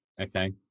okay